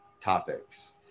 topics